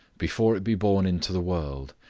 before it be born into the world,